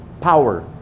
power